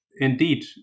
indeed